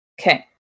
Okay